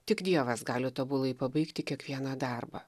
tik dievas gali tobulai pabaigti kiekvieną darbą